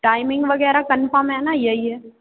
timing वगैरह confirm है ना यही है